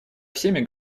всеми